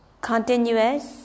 continuous